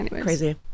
crazy